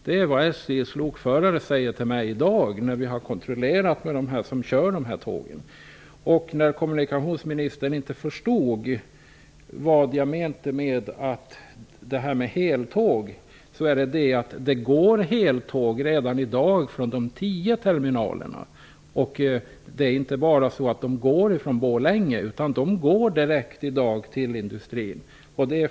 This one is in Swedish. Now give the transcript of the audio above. Det är vad SJ:s lokförare som kör de här tågen har sagt till mig i dag. Kommunikationsministern förstod inte vad jag menar med heltåg. Det går redan i dag heltåg med 42 vagnar från de tio terminalerna, inte bara från Borlänge, direkt till industrin.